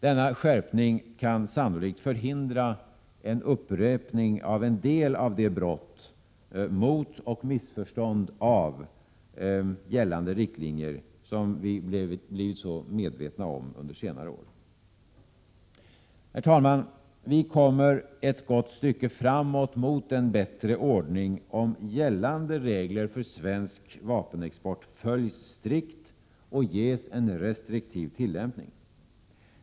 Denna skärpning kan sannolikt förhindra en upprepning av en del av de brott mot och missförstånd av gällande riktlinjer som vi blivit så medvetna om under senare år. Herr talman! Vi kommer ett gott stycke framåt mot en bättre ordning, om gällande regler för svensk vapenexport följs strikt och ges en restriktiv tillämpning.